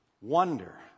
wonder